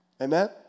Amen